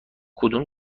کدوم